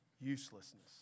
uselessness